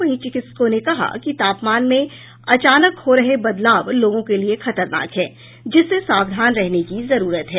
वहीं चिकित्सकों ने कहा है कि तापमान में अचानक हो रहा बदलाव लोगों के लिए खतरनाक है जिससे सावधान रहने की जरूरत है